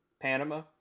Panama